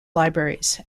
libraries